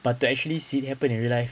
but to actually see it happen in real life